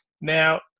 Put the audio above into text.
Now